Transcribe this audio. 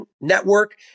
network